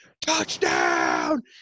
touchdown